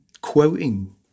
quoting